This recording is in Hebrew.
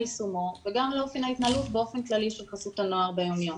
יישומו וגם על אופן ההתנהלות באופן כללי של חסות הנוער ביום יום.